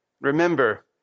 Remember